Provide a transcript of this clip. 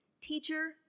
Teacher